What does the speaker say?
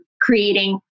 creating